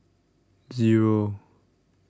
Zero